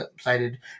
cited